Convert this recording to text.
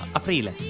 aprile